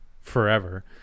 forever